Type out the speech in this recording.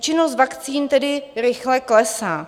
Účinnost vakcín tedy rychle klesá.